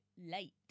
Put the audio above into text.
late